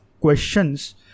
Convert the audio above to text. questions